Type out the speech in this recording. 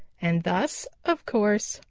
and thus, of course,